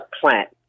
plant